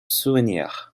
souvenirs